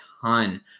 ton